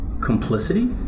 complicity